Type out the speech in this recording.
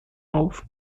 novo